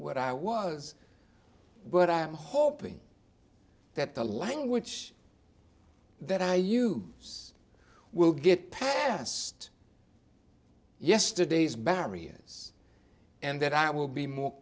what i was but i am hoping that the language that i you will get past yesterday's barriers and that i will be more